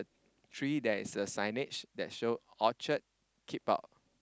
tree there is a signage that show Orchard keep out